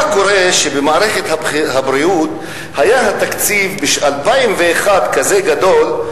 מה קורה במערכת הבריאות כאשר התקציב שב-2001 היה כזה גדול,